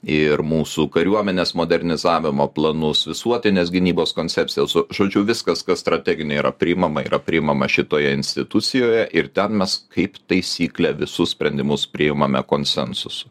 ir mūsų kariuomenės modernizavimo planus visuotinės gynybos koncepcijas nu žodžiu viskas kas strateginiai yra priimama yra priimama šitoje institucijoje ir ten mes kaip taisyklė visus sprendimus priimame konsensusu